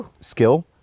skill